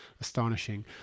astonishing